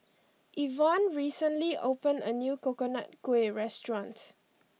Evonne recently opened a new Coconut Kuih restaurant